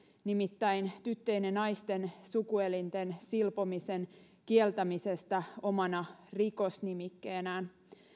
nimittäin tyttöjen ja naisten sukuelinten silpomisen kieltämisestä omana rikosnimikkeenään